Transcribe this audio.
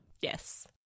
Yes